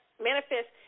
Manifest